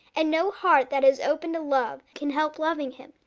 and no heart that is open to love can help loving him,